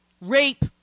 rape